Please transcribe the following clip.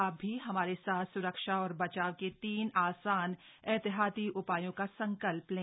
आप भी हमारे साथ स्रक्षा और बचाव के तीन आसान एहतियाती उपायों का संकल्प लें